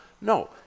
No